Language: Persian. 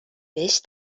بهش